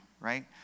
right